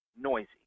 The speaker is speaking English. noisy